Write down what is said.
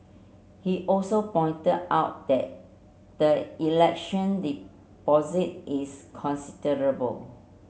he also pointed out that the election deposit is considerable